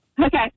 Okay